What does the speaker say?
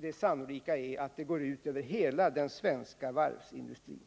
Det sannolika är att det går ut över hela den svenska varvsindustrin.